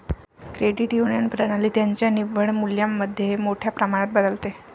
credit union प्रणाली त्यांच्या निव्वळ मूल्यामध्ये मोठ्या प्रमाणात बदलते